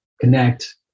connect